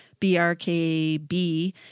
BRKB